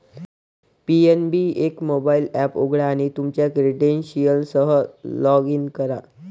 PNB एक mobile app उघडा आणि तुमच्या क्रेडेन्शियल्ससह लॉग इन करा